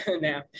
now